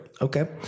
okay